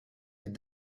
des